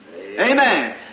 Amen